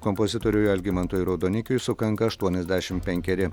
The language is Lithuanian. kompozitoriui algimantui raudonikiui sukanka aštuoniasdešim penkeri